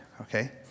okay